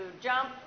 jump